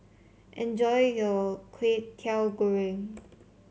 enjoy your Kwetiau Goreng